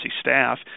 staff